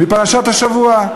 מפרשת השבוע.